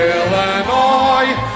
Illinois